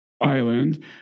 island